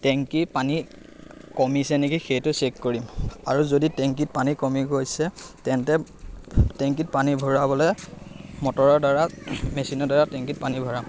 টেংকিৰ পানী কমিছে নেকি সেইটো চেক কৰিম আৰু যদি টেংকিত পানী কমি গৈছে তেন্তে টেংকিত পানী ভৰাবলৈ মটৰৰ দ্বাৰা মেচিনৰ দ্বাৰা টেংকিত পানী ভৰাম